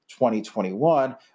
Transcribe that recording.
2021